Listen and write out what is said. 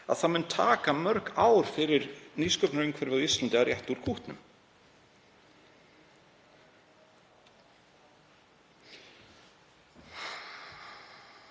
að það muni taka mörg ár fyrir nýsköpunarumhverfið á Íslandi að rétta úr kútnum.